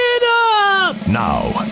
now